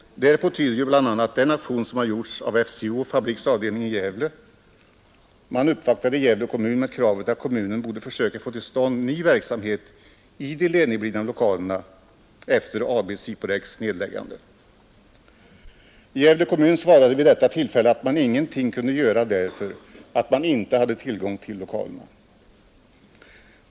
Därpå tyder bl.a. den aktion som har gjorts av FCO och Fabriks avdelning i Gävle. Man uppvaktade Gävle kommun med kravet att kommunen borde försöka få till stånd ny verksamhet i de ledigblivna lokalerna efter AB Siporex nedläggande. Gävle kommun svarade vid detta tillfälle att man ingenting kunde göra därför att man inte hade tillgång till lokalerna.